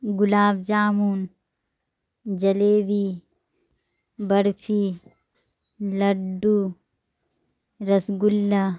گلاب جامن جلیبی برفی لڈو رس گلا